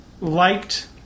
liked